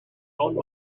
own